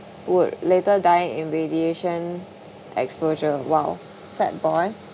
would later die in radiation exposure while fat boy